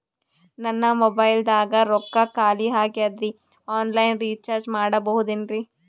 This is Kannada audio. ನನ್ನ ಮೊಬೈಲದಾಗ ರೊಕ್ಕ ಖಾಲಿ ಆಗ್ಯದ್ರಿ ಆನ್ ಲೈನ್ ರೀಚಾರ್ಜ್ ಮಾಡಸ್ಬೋದ್ರಿ?